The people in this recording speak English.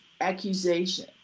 accusation